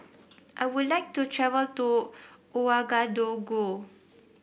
I would like to travel to Ouagadougou